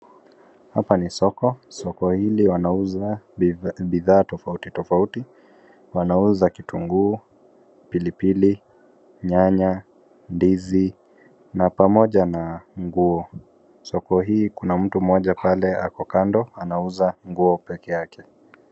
Hapa ni soko, soko hili wanauza bidhaa tofauti tofauti, wanauza kitunguu, pilipili, nyanya, ndizi na pamoja na nguo, soko hii kuna mtu mmoja ako kando anauza nguo peke yake.